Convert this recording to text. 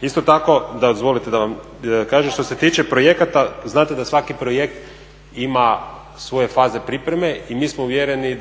Isto tako dozvolite da kažem što se tiče projekata znate da svaki projekt ima svoje faze pripreme i mi smo uvjereni